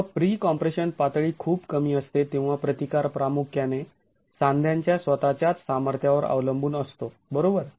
जेव्हा pre compression पातळी खूप कमी असते तेव्हा प्रतिकार प्रामुख्याने सांध्यांच्या स्वतःच्याच सामर्थ्यावर अवलंबून असतो बरोबर